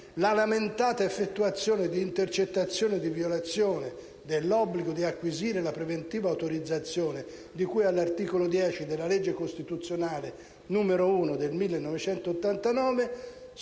«la lamentata effettuazione di intercettazioni in violazione dell'obbligo di acquisire la preventiva autorizzazione (di cui all'articolo 10 della legge costituzionale n. 1 del 1989)»,